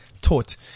taught